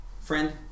Friend